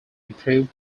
improve